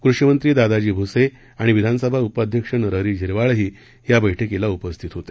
कृषिमंत्री दादाजी भ्रसे आणि विधानसभा उपाध्यक्ष नरहरी झिरवाळही या बैठकीला उपस्थित होते